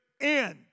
end